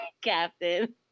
Captain